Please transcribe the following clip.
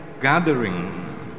gathering